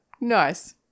Nice